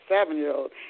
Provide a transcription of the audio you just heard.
seven-year-old